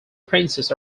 princess